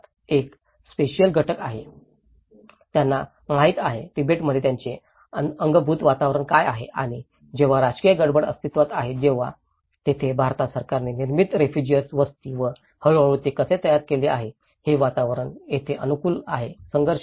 एक स्पशिअल घटक म्हणजे त्यांना काय माहित आहे तिबेटमध्ये त्यांचे अंगभूत वातावरण काय आहे आणि जेव्हा राजकीय गडबड अस्तित्त्वात आहे तेव्हा तिथेच भारत सरकारने निर्मित रेफुजिर्स वस्ती व हळूहळू ते कसे तयार केले आहे हे वातावरण जेथे अनुकूल आहे संघर्ष आला